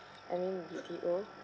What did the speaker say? I mean B_T_O